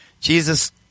Jesus